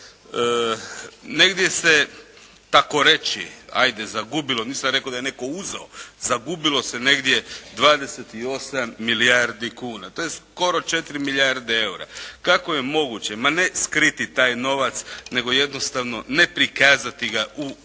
zagubilo se negdje 28 milijardi kuna. To je skoro 4 milijarde EUR-a. Kako je moguće ma ne skriti taj novac nego jednostavno ne prikazati ga u poslovnim